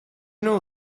know